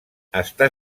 està